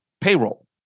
payroll